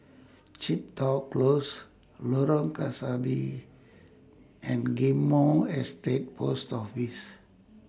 Chepstow Close Lorong Kebasi and Ghim Moh Estate Post Office